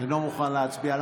אינו מוכן להצביע.